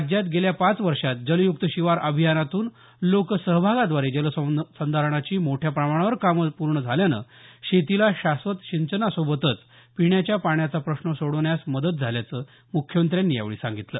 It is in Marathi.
राज्यात गेल्या पाच वर्षात जलयुक्त शिवार अभियानातून लोकसहभागाद्वारे जलसंधारणाची मोठ्या प्रमाणावर कामं पूर्ण झाल्यानं शेतीला शाश्वत सिंचनासोबतच पिण्याच्या पाण्याचा प्रश्न सोडवण्यास मदत झाल्याचं मुख्यमंत्र्यांनी यावेळी सांगितलं